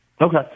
Okay